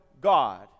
God